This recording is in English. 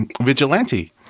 vigilante